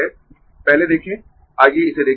पहले देखें आइए इसे देखें y 1 1 × V 1